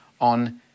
on